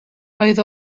oedd